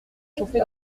chauffer